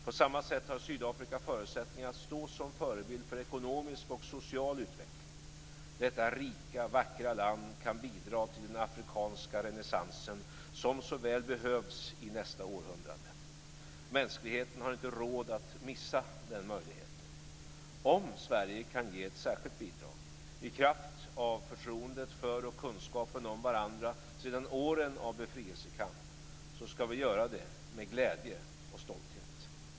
På samma sätt har Sydafrika förutsättning att stå som förebild för ekonomisk och social utveckling. Detta rika, vackra land kan bidra till den afrikanska renässansen, som så väl behövs i nästa århundrade. Mänskligheten har inte råd att missa den möjligheten. Om Sverige kan ge ett särskilt bidrag i kraft av förtroendet för och kunskapen om varandra sedan åren av befrielsekamp, så ska vi göra det med glädje och stolthet.